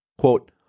Quote